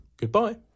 Goodbye